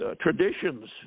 traditions